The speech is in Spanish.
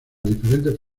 diferentes